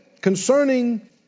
Concerning